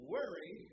Worry